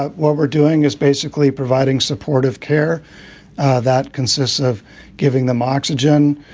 ah what we're doing is basically providing supportive care that consists of giving them oxygen,